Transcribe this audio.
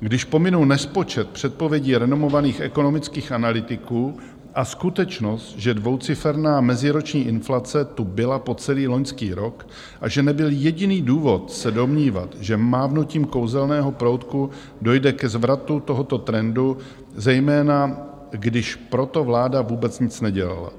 Když pominu nespočet předpovědí renomovaných ekonomických analytiků a skutečnost, že dvouciferná meziroční inflace tu byla po celý loňský rok a že nebyl jediný důvod se domnívat, že mávnutím kouzelného proutku dojde ke zvratu tohoto trendu, zejména když pro to vláda vůbec nic nedělala,